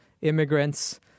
immigrants